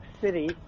City